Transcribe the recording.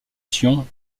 sion